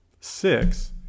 six